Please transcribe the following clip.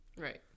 right